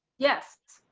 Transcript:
yes,